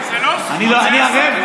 זאת לא זכות, זה היה סגור.